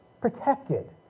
protected